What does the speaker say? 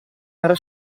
era